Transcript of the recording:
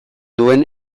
duen